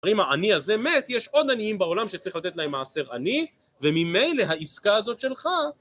רימה, עני הזה מת, יש עוד עניים בעולם שצריך לתת להם מעשר עני, וממילא העסקה הזאת שלך.